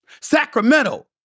Sacramento